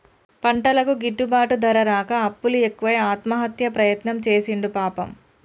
పంటలకు గిట్టుబాటు ధర రాక అప్పులు ఎక్కువై ఆత్మహత్య ప్రయత్నం చేసిండు పాపం